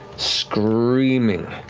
screaming,